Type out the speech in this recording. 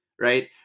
right